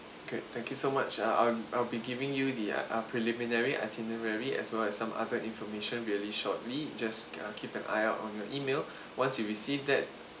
great thank you so much uh I'll I'll be giving you the uh uh preliminary itinerary as well as some other information really shortly just k~ uh keep an eye out on your email once you receive that